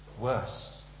worse